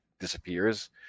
Disappears